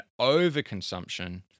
overconsumption